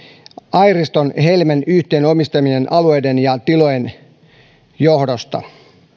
airiston helmi yhtiön omistamien alueiden ja tilojen johdosta